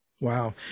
Wow